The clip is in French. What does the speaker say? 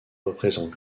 représente